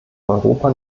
europa